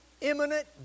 imminent